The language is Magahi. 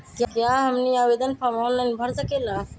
क्या हमनी आवेदन फॉर्म ऑनलाइन भर सकेला?